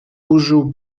użył